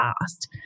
past